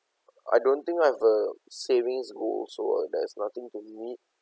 I don't think I have a savings goal so uh there's nothing to meet